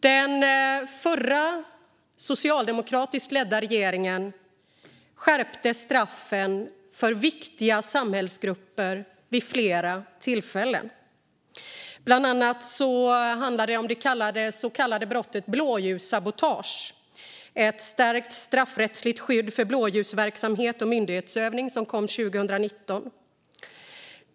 Den förra, socialdemokratiskt ledda regeringen skärpte straffen för brott mot viktiga samhällsgrupper vid flera tillfällen. Bland annat gäller det straff för det brott som kallas blåljussabotage, där ett stärkt straffrättsligt skydd för blåljusverksamhet och myndighetsutövning kom 2019.